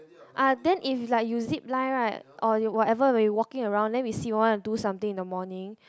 uh then if like you zipline right or whatever when you walking around then we see wanna do something in the morning